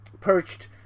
perched